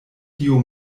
tiu